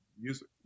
music